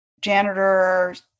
janitors